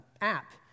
app